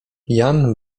jan